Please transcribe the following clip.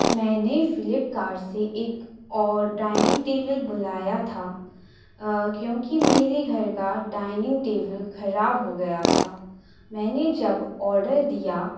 मैंने फ्लिपकार्ट से एक औ डाइनिंग टेबल बुलाया था क्योंकि मेरे घर का डाइनिंग टेबल ख़राब हो गया था मैंने जब ऑर्डर दिया